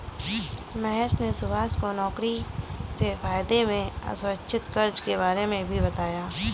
महेश ने सुभाष को नौकरी से फायदे में असुरक्षित कर्ज के बारे में भी बताया